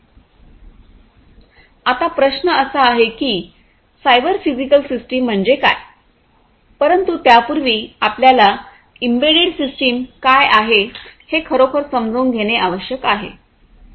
आता प्रश्न असा आहे की सायबर फिजिकल सिस्टम म्हणजे काय परंतु त्यापूर्वी आपल्याला एम्बेडेड सिस्टम काय आहे हे खरोखर समजून घेणे आवश्यक आहे